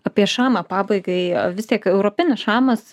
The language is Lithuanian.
apie šamą pabaigai vis tiek europinis šamas